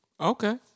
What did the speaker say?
Okay